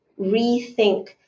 rethink